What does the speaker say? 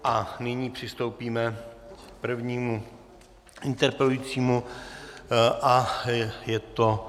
A nyní přistoupíme k prvnímu interpelujícímu, a je to...